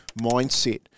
mindset